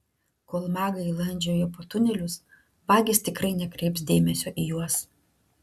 kol magai landžioja po tunelius vagys tikrai nekreips dėmesio į juos